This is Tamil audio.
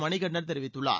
மணிகண்டன் தெரிவித்குள்ளார்